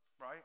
right